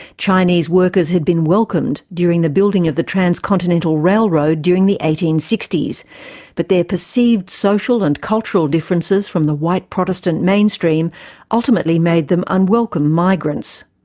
chinese workers had been welcomed during the building of the transcontinental railroad during the eighteen sixty s but their perceived social and cultural differences from the white protestant mainstream ultimately made them unwelcome migrants.